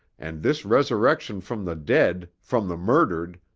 and this resurrection from the dead, from the murdered,